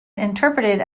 interpreted